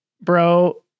bro